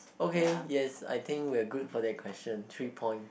okay yes I think we are good for that question three point